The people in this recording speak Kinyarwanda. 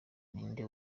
ninde